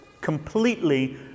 completely